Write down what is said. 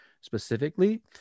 specifically